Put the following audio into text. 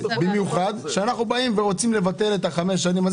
במיוחד שהם באים ורוצים לבטל את חמש השנים.